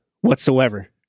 whatsoever